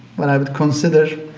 what i would consider,